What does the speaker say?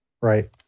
Right